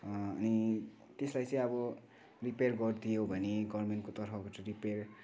अनि त्यसलाई चाहिँ अब रिपेयर गरिदियो भने गभर्मेन्टको तर्फबाट रिपेयर